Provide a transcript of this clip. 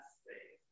space